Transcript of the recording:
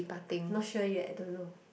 I not sure yet I don't know